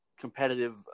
competitive